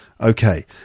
Okay